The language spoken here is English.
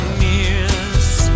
mirrors